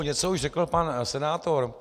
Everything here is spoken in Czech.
Něco už řekl pan senátor.